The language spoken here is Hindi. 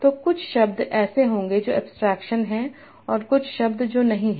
तो कुछ शब्द ऐसे होंगे जो एब्स्ट्रक्शन हैं और कुछ शब्द जो नहीं हैं